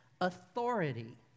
authority